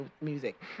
music